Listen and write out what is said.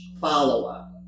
follow-up